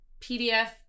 PDF